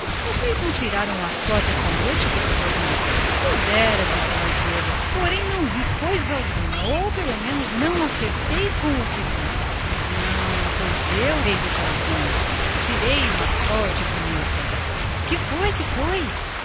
vocês não tiraram a sorte esta noite perguntou a última como não disse a gorda porém não vi nada ou pelo menos não acertei com o que apareceu não pois eu declarou a viúva tirei uma sorte bem bonita que foi que foi